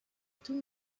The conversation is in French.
tout